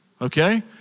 Okay